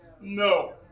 No